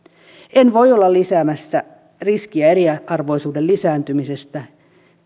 en voi olla lisäämässä riskiä eriarvoisuuden lisääntymisestä